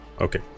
Okay